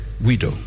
widow